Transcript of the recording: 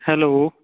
hello